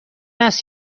است